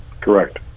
Correct